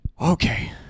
Okay